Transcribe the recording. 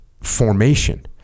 formation